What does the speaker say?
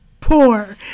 poor